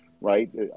right